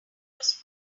was